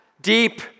deep